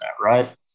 right